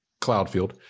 Cloudfield